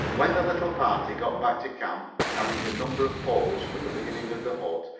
when the little party got back to camp, carrying a number of poles for the beginning of the hut,